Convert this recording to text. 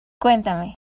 Cuéntame